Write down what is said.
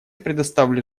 предоставлю